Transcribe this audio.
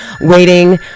waiting